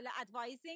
advising